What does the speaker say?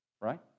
right